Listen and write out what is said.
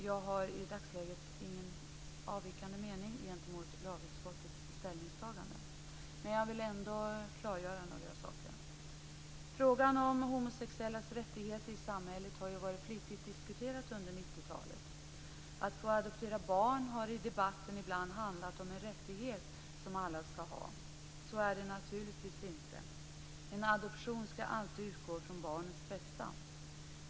Jag har i dagsläget ingen avvikande mening gentemot lagutskottets ställningstagande. Jag vill ändå klargöra några saker. Frågan om homosexuellas rättigheter i samhället har ju varit flitigt diskuterade under 90-talet. Att få adoptera barn har i debatten ibland handlat om en rättighet som alla ska ha. Så är det naturligtvis inte. En adoption ska alltid utgå från barnets bästa.